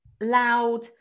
loud